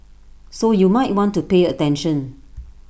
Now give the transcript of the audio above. so you might want to pay attention